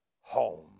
home